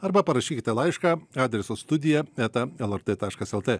arba parašykite laišką adresu studija eta lrt taškas lt